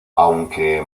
aunque